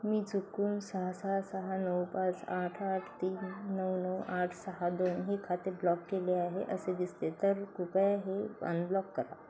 मी चुकून सहा सहा सहा नऊ पाच आठ आठ तीन नऊ नऊ आठ सहा दोन हे खाते ब्लॉक केले आहे असे दिसते तर कृपया हे अनब्लॉक करा